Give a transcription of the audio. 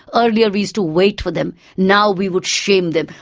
earlier we used to wait for them, now we would shame them,